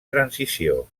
transició